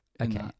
Okay